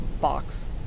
box